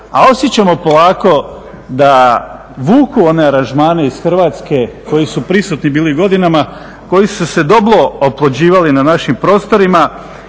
a osjećamo polako da vuku one aranžmane iz Hrvatske koji su prisutni bili godinama, koji su se dobro oplođivali na našim prostorima